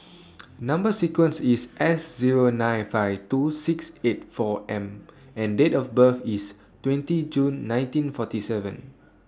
Number sequence IS S Zero nine five two six eight four M and Date of birth IS twenty June nineteen forty seven